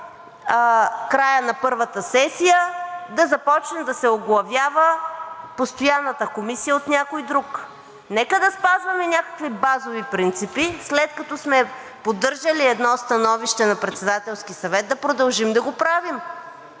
от края на първата сесия да започне да се оглавява постоянната комисия от някой друг. Нека спазваме някакви базови принципи. След като сме поддържали едно становище на Председателски съвет, да продължим да го правим.